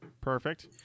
Perfect